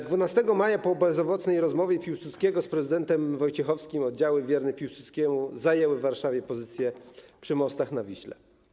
12 maja po bezowocnej rozmowie Piłsudskiego z prezydentem Wojciechowskim oddziały wierne Piłsudskiemu zajęły w Warszawie pozycje przy mostach na Wiśle.